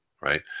right